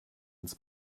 ins